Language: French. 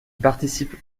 participe